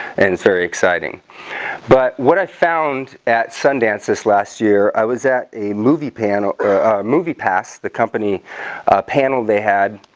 and it's very exciting but what i found at sundance this last year i was at a movie pan ah ah movie passed the company panel they had